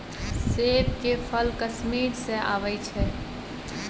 सेब के फल कश्मीर सँ अबई छै